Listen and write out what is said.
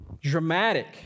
dramatic